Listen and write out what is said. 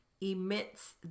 emits